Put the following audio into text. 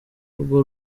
urwo